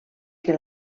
que